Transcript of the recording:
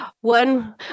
One